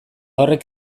horrek